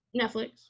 Netflix